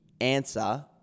answer